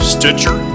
Stitcher